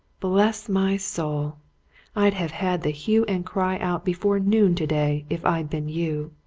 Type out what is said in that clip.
bless my soul i'd have had the hue and cry out before noon today, if i'd been you!